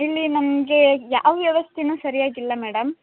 ಇಲ್ಲಿ ನಮಗೆ ಯಾವ ವ್ಯವಸ್ಥೆ ಸರಿಯಾಗಿಲ್ಲ ಮೇಡಮ್